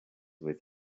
with